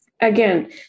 again